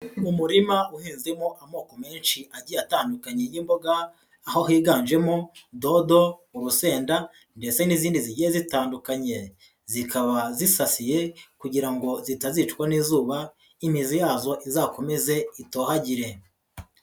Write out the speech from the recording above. Umurima uhinzemo amoko menshi agiye atandukanye y'imboga, aho higanjemo dodo, urusenda ndetse n'izindi zigiye zitandukanye, zikaba zisasiye kugira ngo zitazicwa n'izuba, imizi yazo izakomeze itohagire.